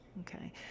Okay